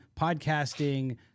podcasting